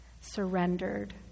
surrendered